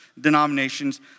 denominations